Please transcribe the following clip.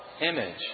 image